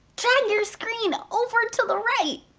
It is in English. drag your screen! over to the right!